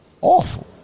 Awful